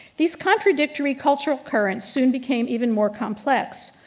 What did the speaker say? these contradictory cultural currents soon became even more complex.